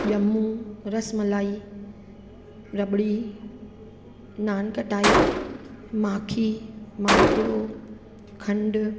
ॼमूं रसमलाई रबड़ी नान खटाई माखी मालपूड़ो खंडु